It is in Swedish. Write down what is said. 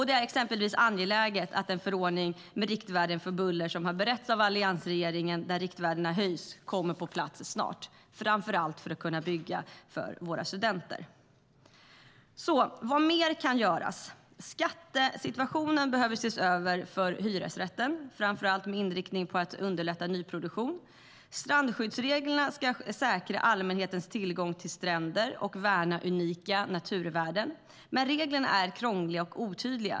Det är exempelvis angeläget att den förordning med riktvärden för buller som har beretts av alliansregeringen, där riktvärdena höjs, kommer på plats snart, framför allt för att vi ska kunna bygga för våra studenter. Vad mer kan göras? Skattesituationen behöver ses över för hyresrätten, framför allt med inriktning på att underlätta för nyproduktion. Strandskyddsreglerna ska säkra allmänhetens tillgång till stränder och värna unika naturvärden. Men reglerna är krångliga och otydliga.